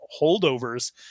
holdovers